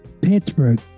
Pittsburgh